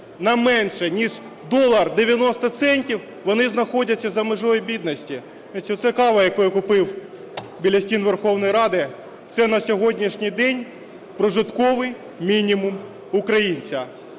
на менше ніж 1 долар 90 центів, вони знаходяться за межею бідності. Це кава, яку я купив біля стін Верховної Ради, це на сьогоднішній день прожитковий мінімум українця.